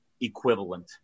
equivalent